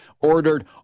ordered